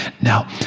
Now